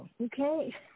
Okay